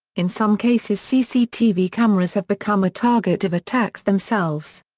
in some cases cctv cameras have become a target of attacks themselves.